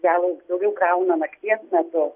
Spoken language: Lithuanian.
gal daugiau krauna nakties metu